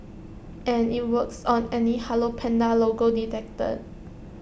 and IT works on any hello Panda logo detected